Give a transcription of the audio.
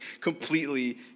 completely